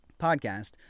podcast